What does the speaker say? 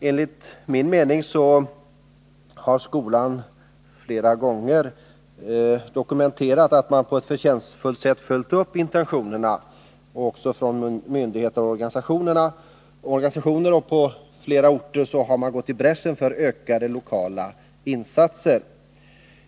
Enligt min mening har man inom skolan många gånger dokumenterat att man på ett förtjänstfullt sätt följt upp intentionerna. Också myndigheter och organisationer på flera orter har gått i bräschen för ökade lokala insatser.